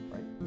Right